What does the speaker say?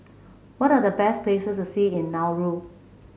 what are the best places to see in Nauru